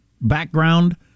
background